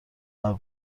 قبل